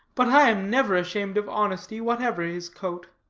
but i am never ashamed of honesty, whatever his coat.